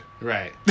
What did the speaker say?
Right